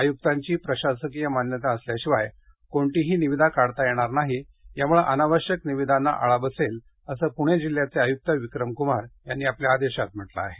आयुक्तांची प्रशासकीय मान्यता असल्याशिवाय कोणतीही निविदा काढता येणार नाही यामुळे अनावश्यक निविदांना आळा बसेल असं पूणे जिल्ह्याचे आयुक्त विक्रम कुमार यांनी आपल्या आदेशात म्हंटल आहे